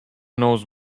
knows